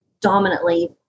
dominantly